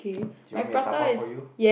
do you want me to dabao for you